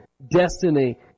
destiny